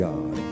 God